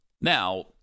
Now